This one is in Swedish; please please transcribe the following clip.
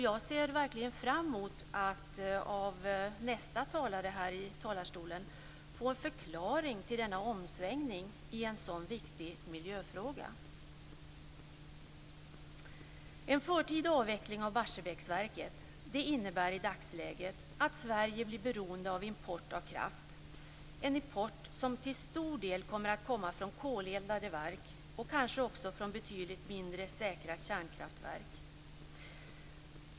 Jag ser verkligen fram emot att av nästa talare i talarstolen få en förklaring till denna omsvängning i en så viktig miljöfråga. En förtida avveckling av Barsebäcksverket innebär i dagsläget att Sverige blir beroende av import av kraft - en import som till stor del kommer att komma från koleldade verk och kanske också från betydligt mindre säkra kärnkraftverk.